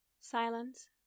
Silence